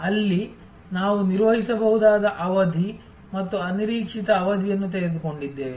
ಅಲ್ಲಿ ನಾವು ಊಹಿಸಬಹುದಾದ ಅವಧಿ ಮತ್ತು ಅನಿರೀಕ್ಷಿತ ಅವಧಿಯನ್ನು ತೆಗೆದುಕೊಂಡಿದ್ದೇವೆ